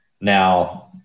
Now